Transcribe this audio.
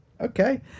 okay